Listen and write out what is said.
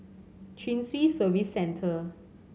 Chin Swee Service Centre